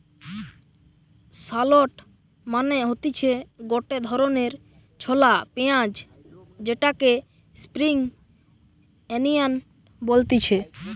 shallot মানে হতিছে গটে ধরণের ছলা পেঁয়াজ যেটাকে স্প্রিং আনিয়ান বলতিছে